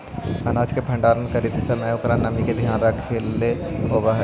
अनाज के भण्डारण करीत समय ओकर नमी के ध्यान रखेला होवऽ हई